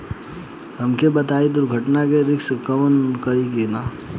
हमके ई बताईं दुर्घटना में रिस्क कभर करी कि ना?